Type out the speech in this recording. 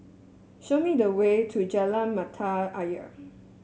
show me the way to Jalan Mata Ayer